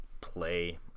play